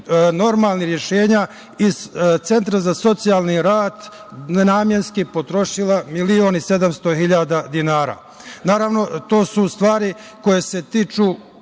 normalnih rešenja iz Centra za socijalni rad nenamenski potrošila milion i sedamsto hiljada dinara. Naravno, to su stvari koje se tiču